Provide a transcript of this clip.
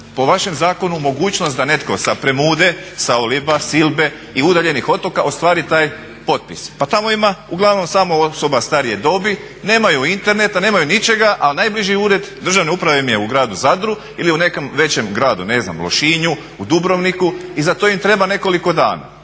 po vašem zakonu mogućnost da netko sa Premude, sa Oliba, Silbe i udaljenih otoka ostvari taj potpis. Pa tamo ima uglavnom samo osoba starije dobi. Nemaju interneta, nemaju ničega, a najbliži Ured državne uprave im je u gradu Zadru ili u nekom većem gradu ne znam Lošinju, u Dubrovniku i za to im treba nekoliko dana.